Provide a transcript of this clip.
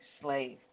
slave